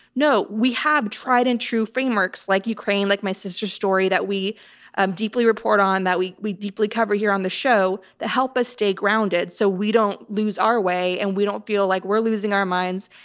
no, we have tried and true frameworks like ukraine, like my sister's story that we um deeply report on that we we deeply cover here on the show that help us stay grounded so we don't lose our way and we don't feel like we're losing our minds.